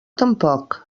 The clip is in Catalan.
tampoc